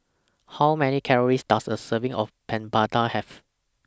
How Many Calories Does A Serving of Papadum Have